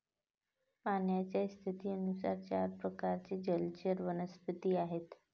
पाण्याच्या स्थितीनुसार चार प्रकारचे जलचर वनस्पती आहेत